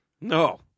No